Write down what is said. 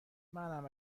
منم